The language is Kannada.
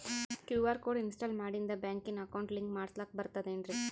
ಕ್ಯೂ.ಆರ್ ಕೋಡ್ ಇನ್ಸ್ಟಾಲ ಮಾಡಿಂದ ಬ್ಯಾಂಕಿನ ಅಕೌಂಟ್ ಲಿಂಕ ಮಾಡಸ್ಲಾಕ ಬರ್ತದೇನ್ರಿ